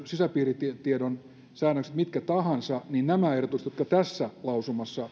sisäpiiritiedon säännökset mitkä tahansa nämä ehdotukset jotka tässä lausumassa